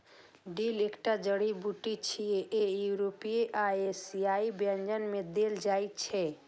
dill एकटा जड़ी बूटी छियै, जे यूरोपीय आ एशियाई व्यंजन मे देल जाइ छै